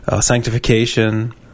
Sanctification